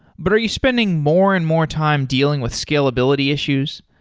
but are you spending more and more time dealing with scalability issues?